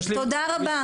תודה רבה.